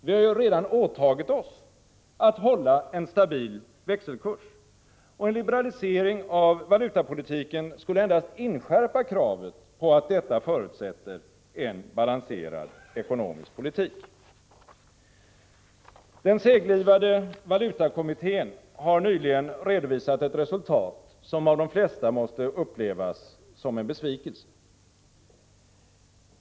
Vi har ju redan åtagit oss att hålla en stabil växelkurs, och en liberalisering av valutapolitiken skulle endast inskärpa kravet på att detta förutsätter en balanserad ekonomisk politik. Den seglivade valutakommittén har nyligen redovisat ett resultat, som av de flesta måste upplevas som en besvikelse.